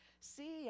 See